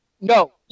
No